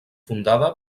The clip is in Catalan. fundada